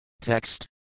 Text